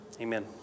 Amen